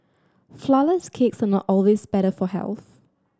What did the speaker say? flourless cakes are not always better for health